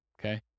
okay